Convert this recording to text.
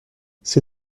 c’est